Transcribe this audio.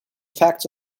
facts